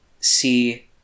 see